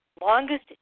longest